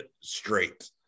straight